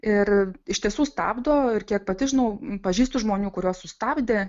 ir iš tiesų stabdo ir kiek pati žinau pažįstu žmonių kuriuos sustabdė